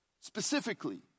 specifically